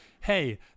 hey